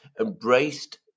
embraced